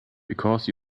because